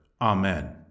Amen